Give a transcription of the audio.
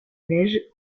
neiges